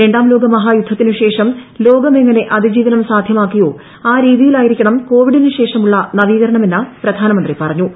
രണ്ടാം ലോകമഹായുദ്ധത്തിനുശേഷം ലോകം എങ്ങനെ അതിജീവനം സാധ്യമാക്കിയോ ആ രീതിയിൽ ആയിരിക്കണം കോവിഡിന് ശേഷമുള്ള നവീകരണം എന്ന് പ്രധാനമന്ത്രി പറഞ്ഞു